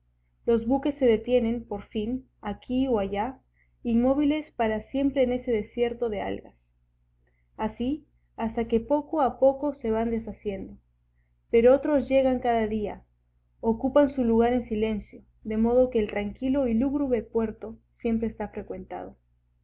los buques se detienen por fin aquí o allá inmóviles para siempre en ese desierto de algas así hasta que poco a poco se van deshaciendo pero otros llegan cada día ocupan su lugar en silencio de modo que el tranquilo y lúgubre puerto siempre está frecuentado